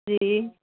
जी